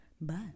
Bye